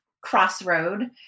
crossroad